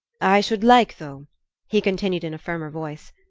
i should like, though he continued in a firmer voice,